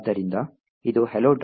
ಆದ್ದರಿಂದ ಇದು hello